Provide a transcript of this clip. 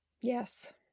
yes